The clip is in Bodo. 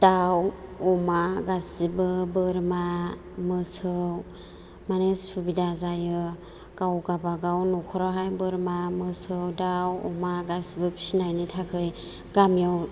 दाउ अमा गासैबो बोरमा मोसौ माने सुबिदा जायो गाव गावबागाव न'खरावहाय बोरमा मोसौ दाउ अमा गासैबो फिसिनायनि थाखाय गामियाव